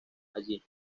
allí